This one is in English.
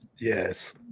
yes